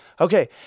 Okay